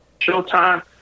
showtime